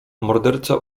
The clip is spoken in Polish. morderca